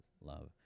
love